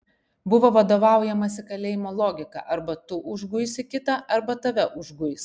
buvo vadovaujamasi kalėjimo logika arba tu užguisi kitą arba tave užguis